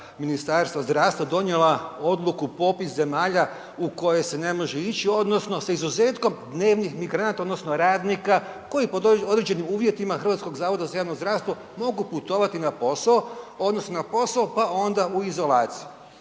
Ministarstva zdravstva donijela odluku, popis zemalja u koje se ne može ić odnosno sa izuzetkom dnevnih migranata odnosno radnika koji pod određenim uvjetima HZJZ mogu putovati na posao odnosno na posao, pa onda u izolaciju.